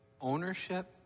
ownership